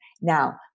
now